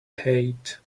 hate